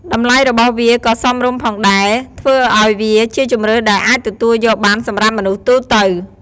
តម្លៃរបស់វាក៏សមរម្យផងដែរ ធ្វើឱ្យវាជាជម្រើសដែលអាចទទួលយកបានសម្រាប់មនុស្សទូទៅ។